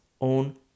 own